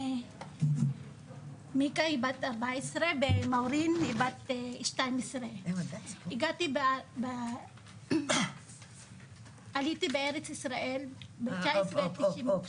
מיקה היא בת 14 ומאורין היא בת 12. עליתי לארץ ישראל --- הופ הופ,